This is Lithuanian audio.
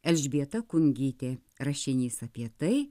elžbieta kungytė rašinys apie tai